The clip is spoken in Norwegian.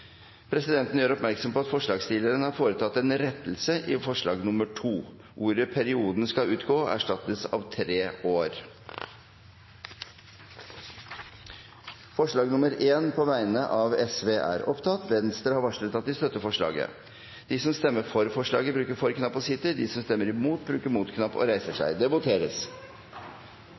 Presidenten gjør oppmerksom på at forslagsstilleren har foretatt en rettelse i dette forslaget. Ordet «perioden» skal utgå og erstattes av «tre år». Arbeiderpartiet, Senterpartiet og Venstre har varslet at de vil støtte forslaget. Det voteres